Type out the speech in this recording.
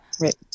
Right